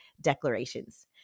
declarations